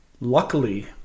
Luckily